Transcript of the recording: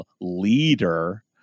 leader